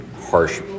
harsh